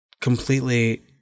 completely